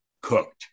cooked